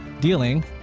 dealing